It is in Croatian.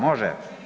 Može?